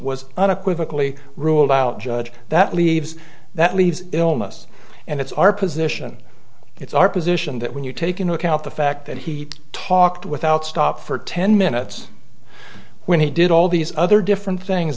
was unequivocal e ruled out judge that leaves that leaves illness and it's our position it's our position that when you take into account the fact that he talked without stop for ten minutes when he did all these other different things